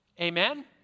Amen